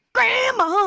Grandma